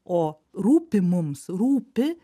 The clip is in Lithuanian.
o rūpi mums rūpi